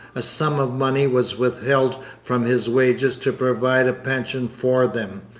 a sum of money was withheld from his wages to provide a pension for them,